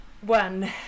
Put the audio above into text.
one